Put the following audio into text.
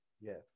Yes